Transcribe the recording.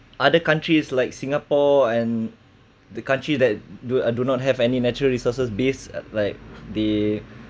other countries like singapore and the country that do do not have any natural resources based like they